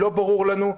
לא ברור לנו.